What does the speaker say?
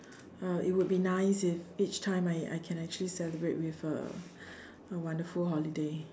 uh it would be nice if each time I I can actually celebrate with a a wonderful holiday